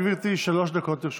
בבקשה, גברתי, שלוש דקות לרשותך.